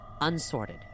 unsorted